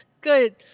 Good